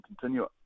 continue